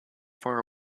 far